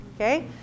Okay